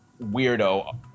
weirdo